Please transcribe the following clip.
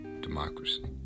democracy